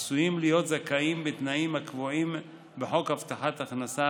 עשויים להיות זכאים בתנאים הקבועים בחוק הבטחת הכנסה,